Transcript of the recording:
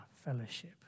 fellowship